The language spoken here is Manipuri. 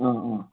ꯑꯥ ꯑꯥ